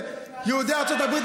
יהודי ארצות הברית,